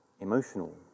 emotional